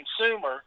consumer